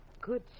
Good